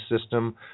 system